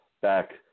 back